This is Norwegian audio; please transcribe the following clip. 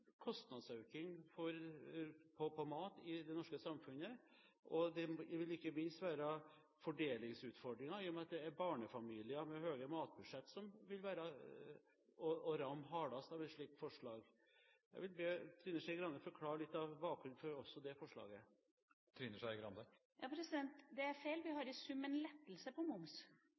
en enorm kostnadsøkning på mat i det norske samfunnet, og det vil ikke minst være fordelingsutfordringer i og med at det er barnefamilier med høye matbudsjetter som vil bli rammet hardest av et slikt forslag. Jeg vil be representanten Trine Skei Grande forklare litt av bakgrunnen for også det forslaget. Det er feil. Vi har i sum en lettelse på moms.